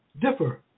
differ